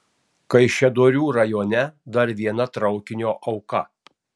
kaišiadorių rajone dar viena traukinio auka